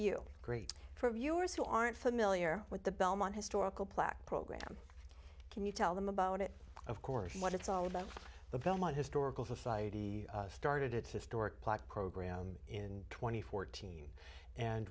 you great for viewers who aren't familiar with the belmont historical plaque program can you tell them about it of course what it's all about the belmont historical society started its historic plaque program in two thousand and fourteen and